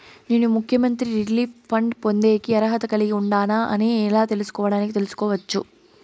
నేను ముఖ్యమంత్రి relief fund పొందేకి అర్హత కలిగి ఉండానా అని ఎలా తెలుసుకోవడానికి తెలుసుకోవచ్చు